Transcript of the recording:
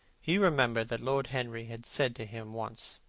he remembered that lord henry had said to him once,